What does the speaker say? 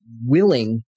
willing